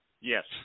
Yes